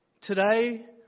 Today